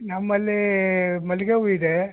ನಮ್ಮಲ್ಲಿ ಮಲ್ಲಿಗೆ ಹೂವು ಇದೆ